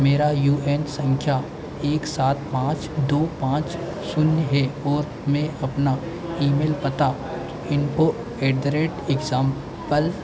मेरा U N संख्या एक सात पाँच दो पाँच शून्य है और मैं अपना ई मेल पता info at the rate example